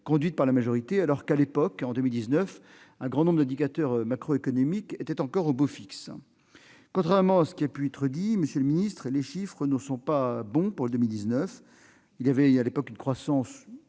conduite par la majorité, à un moment où un grand nombre d'indicateurs macroéconomiques étaient encore au beau fixe. Contrairement à ce qui a pu être dit, monsieur le ministre, les chiffres ne sont pas bons pour 2019 ! Malgré une croissance